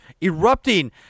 erupting